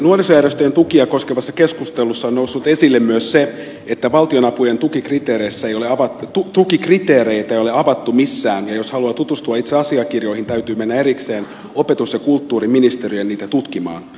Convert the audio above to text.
nuorisojärjestöjen tukia koskevassa keskustelussa on noussut esille myös se että valtionapujen tukikriteereitä ei ole avattu missään ja jos haluaa tutustua itse asiakirjoihin täytyy mennä erikseen opetus ja kulttuuriministeriöön niitä tutkimaan